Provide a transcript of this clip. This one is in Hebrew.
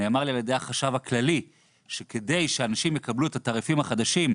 נאמר לי על ידי החשב הכללי שכדי שאנשים יקבלו את התעריפים החדשים,